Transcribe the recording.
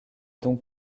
donc